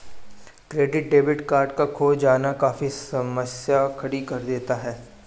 credit debit card का खो जाना काफी समस्या खड़ी कर देता है